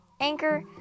Anchor